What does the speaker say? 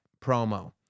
promo